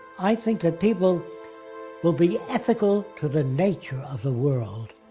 i think that people will be ethical to the nature of the world.